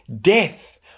death